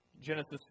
Genesis